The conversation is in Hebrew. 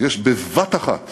יש בבת-אחת